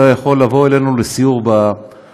אתה יכול לבוא אלינו לסיור בעמותה?